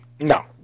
No